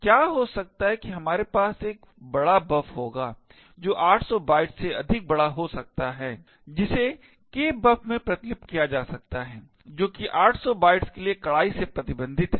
क्या हो सकता है कि हमारे पास एक बड़ा buf होगा जो 800 बाइट्स से अधिक बड़ा हो सकता है जिसे kbuf में प्रतिलिपि किया जा सकता है जो कि 800 बाइट्स के लिए कड़ाई से प्रतिबंधित है